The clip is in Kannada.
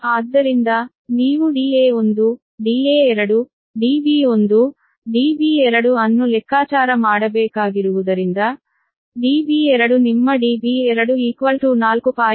ಆದ್ದರಿಂದ ನೀವು Da1 Da2 Db1 Db2 ಅನ್ನು ಲೆಕ್ಕಾಚಾರ ಮಾಡಬೇಕಾಗಿರುವುದರಿಂದ Db2 ನಿಮ್ಮ Db2 4